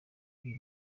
uyu